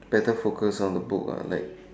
better focus on the book lah like